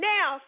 Now